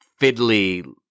fiddly